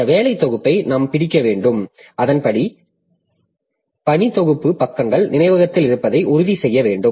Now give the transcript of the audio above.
இந்த வேலை தொகுப்பை நாம் பிடிக்க வேண்டும் அதன்படி பணி தொகுப்பு பக்கங்கள் நினைவகத்தில் இருப்பதை உறுதி செய்ய வேண்டும்